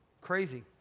Crazy